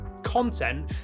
content